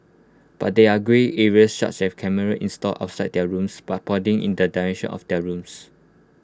but there are grey areas such as cameras installed outside their rooms but pointing in the direction of their rooms